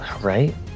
Right